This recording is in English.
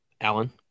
Alan